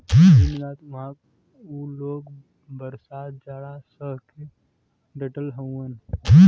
दिन रात उहां उ लोग बरसात जाड़ा सह के डटल हउवन